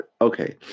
Okay